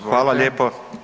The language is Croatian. Hvala lijepo.